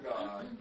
God